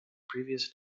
previous